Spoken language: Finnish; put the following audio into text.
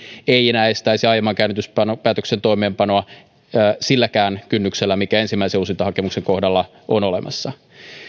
ei enää estäisi aiemman käännytyspäätöksen toimeenpanoa silläkään kynnyksellä mikä ensimmäisen uusintahakemuksen kohdalla on olemassa